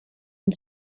and